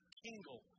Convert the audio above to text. tingle